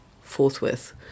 forthwith